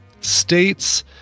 States